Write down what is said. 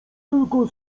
tylko